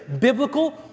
biblical